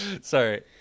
Sorry